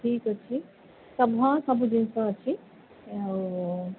ଠିକ୍ ଅଛି ସମ୍ହାଓ ସବୁ ଜିନିଷ ଅଛି ଆଉ